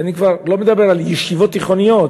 ואני כבר לא מדבר על ישיבות תיכוניות,